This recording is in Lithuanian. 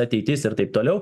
ateitis ir taip toliau